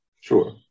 Sure